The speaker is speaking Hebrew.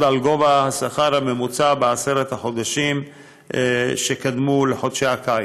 על גובה השכר הממוצע בעשרת החודשים שקדמו לחודשי הקיץ.